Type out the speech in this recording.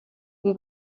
who